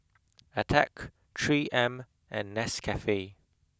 Attack three M and Nescafe